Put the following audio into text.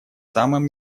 самым